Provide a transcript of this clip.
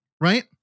Right